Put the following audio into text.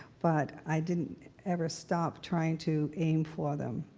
but, i didn't ever stop trying to aim for them.